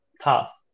task